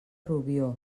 rubió